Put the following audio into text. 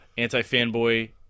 anti-fanboy